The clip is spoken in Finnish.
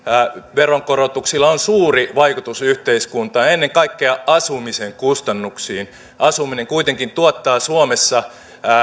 veronkorotuksilla on suuri vaikutus yhteiskuntaan ennen kaikkea asumisen kustannuksiin asuminen kuitenkin tuottaa suomessa